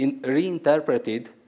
reinterpreted